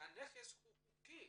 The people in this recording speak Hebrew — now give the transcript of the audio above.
שהנכס חוקי.